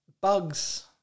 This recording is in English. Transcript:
bugs